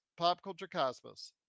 Popculturecosmos